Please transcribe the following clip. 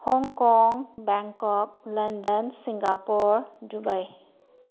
Hong Kong Bangkok London Singapore Dubai